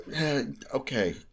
Okay